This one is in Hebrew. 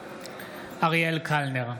אריאל קלנר,